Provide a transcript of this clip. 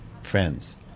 friends